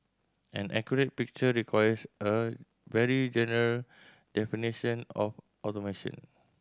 an accurate picture requires a very general definition of automation